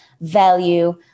value